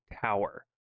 tower